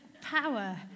Power